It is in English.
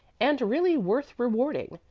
and really worth rewarding.